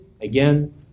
Again